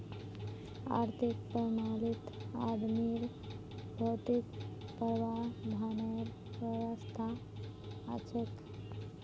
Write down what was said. आर्थिक प्रणालीत आदमीर भौतिक प्रावधानेर व्यवस्था हछेक